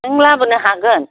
नों लाबोनो हागोन